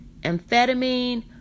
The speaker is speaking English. amphetamine